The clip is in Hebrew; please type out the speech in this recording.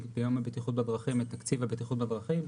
ביום הבטיחות בדרכים את תקציב הבטיחות בדרכים.